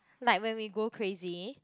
like when we go crazy